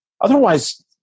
Otherwise